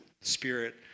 spirit